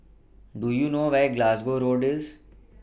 Do YOU know Where Glasgow Road IS